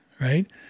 right